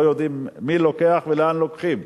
אנחנו לא יודעים מי לוקח ולאן לוקחים.